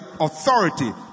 authority